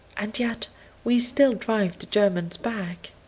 and yet we still drive the germans back.